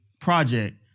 project